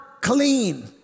clean